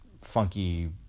funky